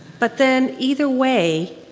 but then either way,